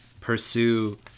Pursue